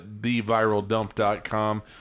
theviraldump.com